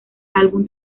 álbum